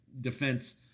Defense